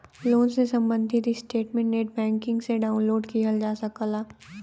loan से सम्बंधित statement net banking से डाउनलोड किहल जा सकला